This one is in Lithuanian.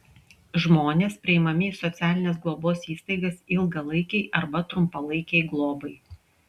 žmonės priimami į socialinės globos įstaigas ilgalaikei arba trumpalaikei globai